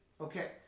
Okay